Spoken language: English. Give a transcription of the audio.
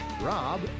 Rob